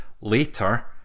later